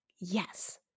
Yes